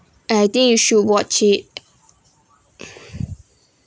I think you should watch it